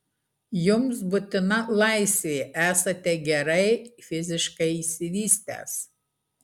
jums būtina laisvė esate gerai fiziškai išsivystęs